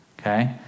okay